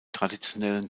traditionellen